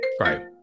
right